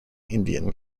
indian